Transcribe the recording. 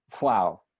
Wow